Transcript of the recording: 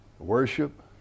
Worship